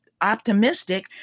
optimistic